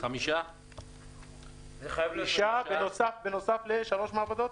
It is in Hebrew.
- 6 בנוסף לשלוש מעבדות.